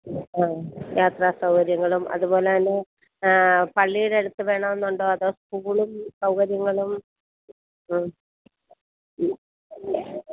ആ യാത്രാസൗകര്യങ്ങളും അതുപോലെതന്നെ പള്ളിയുടെ അടുത്ത് വേണമെന്നുണ്ടോ അതോ സ്കൂളും സൗകര്യങ്ങളും ഉം